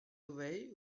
away